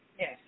Yes